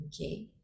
Okay